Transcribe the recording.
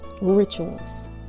rituals